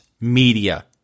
media